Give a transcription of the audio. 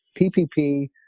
PPP